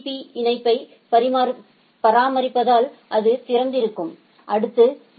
பீ இணைப்பை பராமரிப்பதால் அது திறந்திருக்கும் அடுத்தது பி